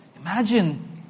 Imagine